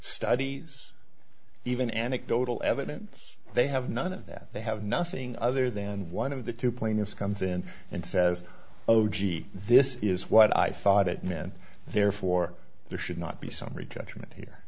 studies even anecdotal evidence they have none of that they have nothing other than one of the two plaintiffs comes in and says oh gee this is what i thought it meant therefore there should not be summary judgment here